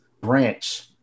branch